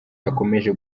yakomeje